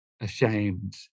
ashamed